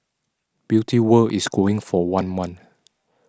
Beauty World is going for one month